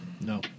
No